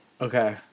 Okay